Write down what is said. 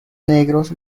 negros